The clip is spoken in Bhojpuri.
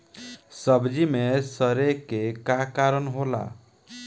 सब्जी में सड़े के का कारण होला?